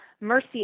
mercy